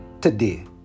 today